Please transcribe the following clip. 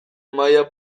maila